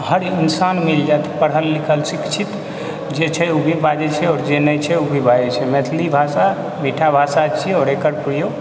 हर इंसान मिल जायत पढ़ल लिखल शिक्षित जे छै ओ भी बाजै छै आओर जे नहि छै ओ भी बाजै छै मैथिली भाषा मीठा भाषा छियै आओर एकर प्रयोग